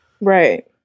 Right